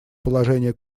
положение